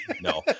No